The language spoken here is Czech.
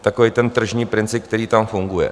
Takový je tržní princip, který tam funguje.